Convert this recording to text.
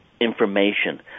information